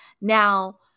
Now